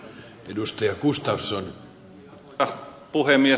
arvoisa puhemies